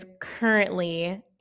currently